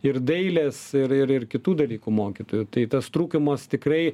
ir dailės ir ir ir kitų dalykų mokytojų tai tas trūkumas tikrai